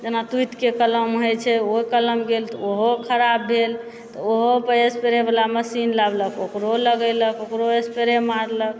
जेना टूटिके कलम हइ छै ओ कलम गेल तऽ ओहो खराब भेल तऽ ओहोपर स्प्रेवला मशीन लाबलक ओकरो लगेलक ओकरो स्प्रे मारलक